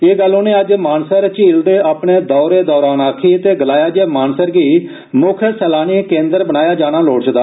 एह गल्ल उनें अज्ज मानसर झील दे अपने दौरे दौरान आक्खी ते गलाया जे मानसर गी मुक्ख सैलानी केन्द्र बनाया जाना लोड़चदा